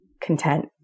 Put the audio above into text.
content